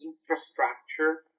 infrastructure